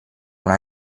una